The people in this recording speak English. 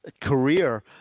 career